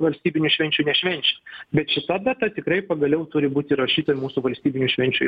valstybinių švenčių nešvenčia bet šita data tikrai pagaliau turi būt įrašyta į mūsų valstybinių švenčių